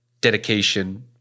dedication